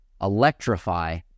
electrify